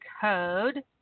code